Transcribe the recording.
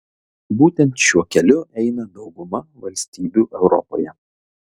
būtent šiuo keliu eina dauguma valstybių europoje